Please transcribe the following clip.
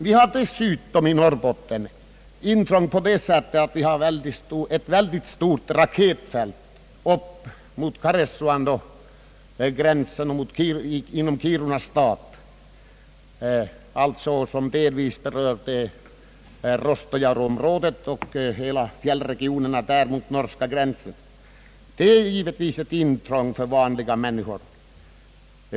Vi har dessutom i Norrbotten intrång genom ett stort raketfält uppemot Karesuando och inom Kiruna stad. Det berör delvis Råstojaureområdet och hela fjällregionen där mot norska gränsen. Det innebär givetvis ett intrång för van liga människor.